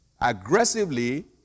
aggressively